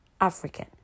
African